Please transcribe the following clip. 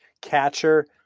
catcher